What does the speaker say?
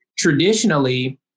Traditionally